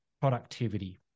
productivity